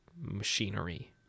machinery